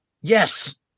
Yes